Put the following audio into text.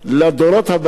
לדורות הבאים,